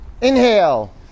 Inhale